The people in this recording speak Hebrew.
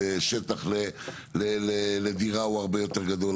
שטח לדירה הוא הרבה יותר גדול.